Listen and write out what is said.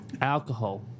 alcohol